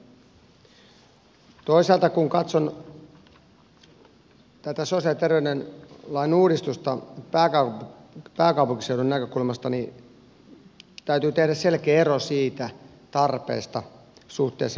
toisaalta kun katson tätä sosiaali ja terveydenhuoltolain uudistusta pääkaupunkiseudun näkökulmasta niin täytyy tehdä selkeä ero sen tarpeesta suhteessa muuhun suomeen